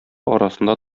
арасында